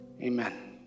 amen